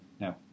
No